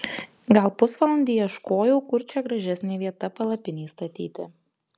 gal pusvalandį ieškojau kur čia gražesnė vieta palapinei statyti